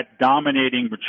dominating